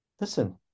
listen